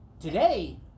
Today